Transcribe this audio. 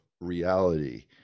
reality